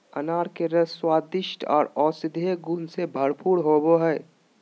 अनार के रस स्वादिष्ट आर औषधीय गुण से भरपूर होवई हई